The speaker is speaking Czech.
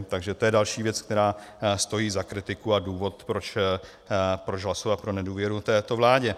Takže to je další věc, která stojí za kritiku a důvod, proč hlasovat pro nedůvěru této vládě.